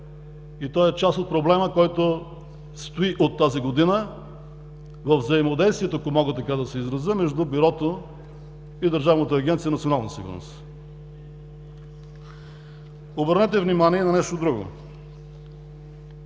и е част от проблема, който стои от тази година във взаимодействието, ако мога така да се изразя, между Бюрото и Държавната агенция „Национална сигурност“. Обърнете внимание на нещо друго: